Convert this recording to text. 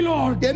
Lord